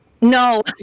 No